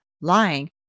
Lying